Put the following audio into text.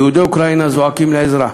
יהודי אוקראינה זועקים לעזרה,